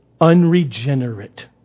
unregenerate